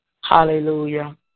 hallelujah